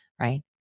right